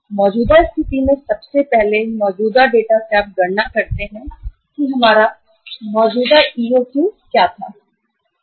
मौजूदा स्थिति से सबसे पहले मौजूदा डेटा से आप गणना करते हैं कि हमारा मौजूदा क्या था EOQ